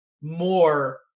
more